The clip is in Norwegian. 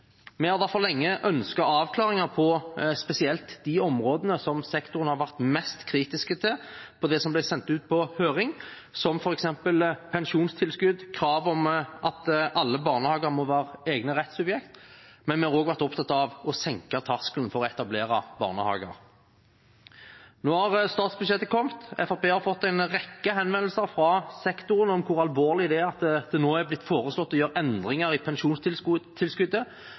Vi har derfor lenge ønsket avklaringer på spesielt de områdene som sektoren har vært mest kritisk til av det som ble sendt ut på høring, som f.eks. pensjonstilskudd, krav om at alle barnehager må være egne rettssubjekt. Men vi har også vært opptatt av å senke terskelen for å etablere barnehager. Nå har statsbudsjettet kommet. Fremskrittspartiet har fått en rekke henvendelser fra sektoren om hvor alvorlig det er at det nå er blitt foreslått å gjøre endringer i